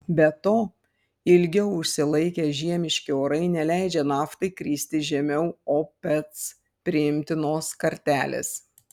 be to ilgiau užsilaikę žiemiški orai neleidžia naftai kristi žemiau opec priimtinos kartelės